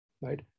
right